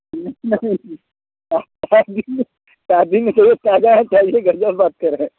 मछली सारी मछली ताज़ा है चाहिए क्या है क्या बात कर रहें है